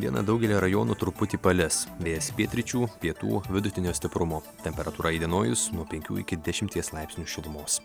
dieną daugelyje rajonų truputį palis vėjas pietryčių pietų vidutinio stiprumo temperatūra įdienojus nuo penkių iki dešimties laipsnių šilumos